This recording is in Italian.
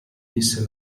disse